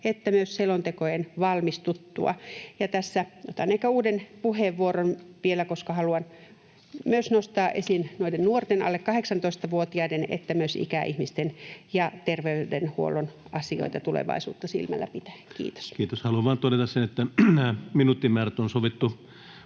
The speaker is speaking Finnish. että myös selontekojen valmistuttua. Ja otan tässä ehkä vielä uuden puheenvuoron, koska haluan myös nostaa esiin nuorten, alle 18-vuotiaiden, sekä myös ikäihmisten ja terveydenhuollon asioita tulevaisuutta silmällä pitäen. — Kiitos. Kiitos. — Haluan vain todeta sen, että nämä minuuttimäärät on sovittu